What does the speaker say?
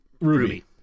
Ruby